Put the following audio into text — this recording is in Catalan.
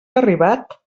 arribat